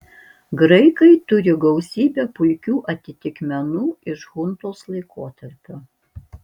graikai turi gausybę puikių atitikmenų iš chuntos laikotarpio